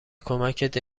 کمکت